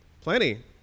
Plenty